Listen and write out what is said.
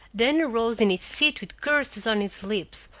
then arose in his seat with curses on his lips,